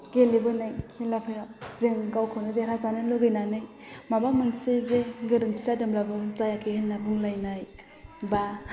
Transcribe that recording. गेलेबोनाय खेलाफोराव जों गावखौनो देरहाजानो लुगैनानै माबा मोनसे जे गोरोन्थि जादोंब्लाबो जायाखै होनना बुंलायनाय बा